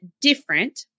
different